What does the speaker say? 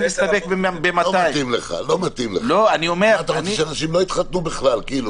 אתה רוצה שלא יתחתנו?